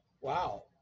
Wow